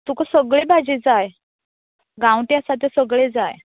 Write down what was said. आतां तुका सगळ्यो भाजी जाय गांवठी आसा त्यो सगळ्यो जाय